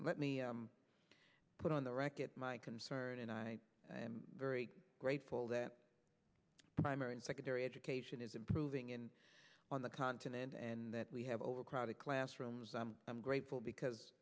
let me put on the record my concern and i am very grateful that primary and secondary education is improving and on the continent and that we have overcrowded classrooms i'm grateful because